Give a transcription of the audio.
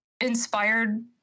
inspired